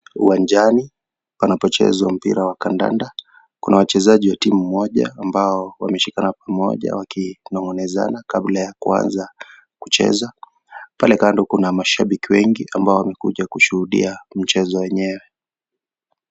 Uwanjani, panapochezwa mpira wa kandanda, una wachezaji wa timu moja ambao wameshikana pamoja wakinongonezana kabla ya kuanza kucheza, pale kando kuna mashabiki wengi ambao wamekuja kushuhudia mchezo wenyewe.